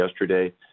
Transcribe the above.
yesterday